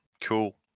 Cool